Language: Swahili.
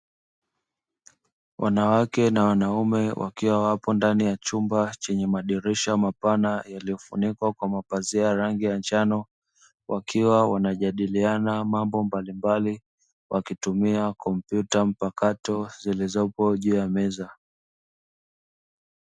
Wanwake na wanaume wakiwa wapo ndani ya chumba chenye madirisha mapana yaliyofunikwa kwa mapazia ya rangi ya njano, wakiwa wanajadiliana mambo mbalimbali wakitumia kompyuta mpakato zilizopo juu ya meza.